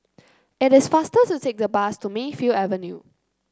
it is faster to take the bus to Mayfield Avenue